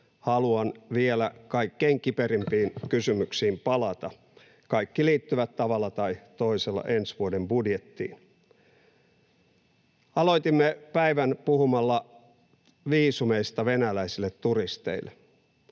haluan vielä kaikkein kiperimpiin kysymyksiin palata. Kaikki liittyvät tavalla tai toisella ensi vuoden budjettiin. Aloitimme päivän puhumalla viisumeista venäläisille turisteille.